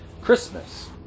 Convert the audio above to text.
Christmas